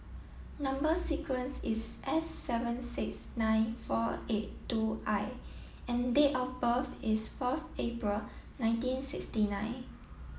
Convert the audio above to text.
number sequence is S seven six nine four eight two I and date of birth is fourth April nineteen sixty nine